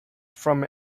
from